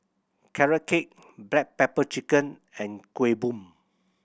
Carrot Cake black pepper chicken and Kuih Bom